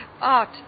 Art